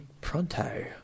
pronto